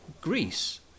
Greece